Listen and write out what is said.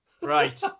Right